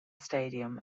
stadium